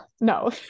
no